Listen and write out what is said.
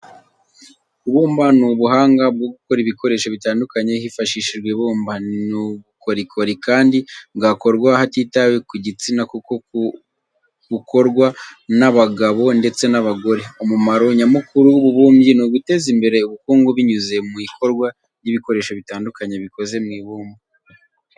Kubumba ni ubuhanga bwo gukora ibikoresho bitandukanye hifashishijwe ibumba. Ni ubukorikori kandi bwakorwa hatitawe ku gitsina kuko bukorwa n'abagabo ndetse n'abagore. Umumaro nyamukuru w'ububumbyi ni uguteza imbere ubukungu binyuze mu ikorwa ry'ibikoresho bitandukanye bikoze mu ibumba.